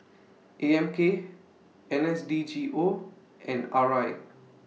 A M K N S D G O and R I